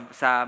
sa